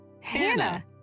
Hannah